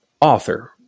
author